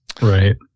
right